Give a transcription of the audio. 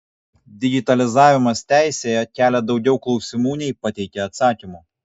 digitalizavimas teisėje kelia daugiau klausimų nei pateikia atsakymų